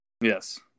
Yes